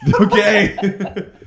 Okay